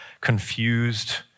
confused